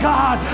God